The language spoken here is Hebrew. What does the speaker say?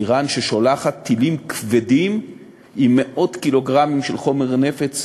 איראן ששולחת טילים כבדים עם מאות קילוגרמים של חומר נפץ